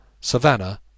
Savannah